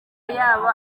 yaba